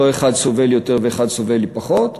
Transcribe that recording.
לא אחד סובל יותר ואחד סובל פחות.